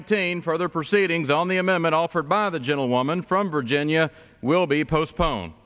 eighteen further proceedings on the amendment offered by the gentlewoman from virginia will be postpone